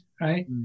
right